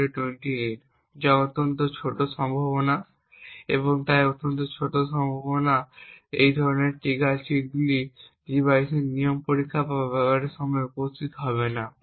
যা একটি অত্যন্ত ছোট সম্ভাব্যতা এবং তাই অত্যন্ত অসম্ভাব্য যে এই ধরনের ট্রিগার চিট কোডগুলি ডিভাইসের নিয়মিত পরীক্ষা বা ব্যবহারের সময় উপস্থিত হবে না